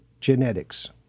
genetics